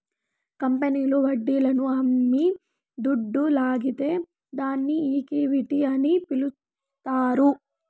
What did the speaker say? కంపెనీల్లు వడ్డీలను అమ్మి దుడ్డు లాగితే దాన్ని ఈక్విటీ అని పిలస్తారు